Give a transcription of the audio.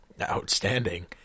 Outstanding